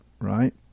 right